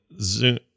Zoom